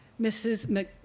Mrs